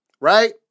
right